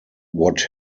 what